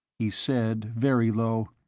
he said, very low,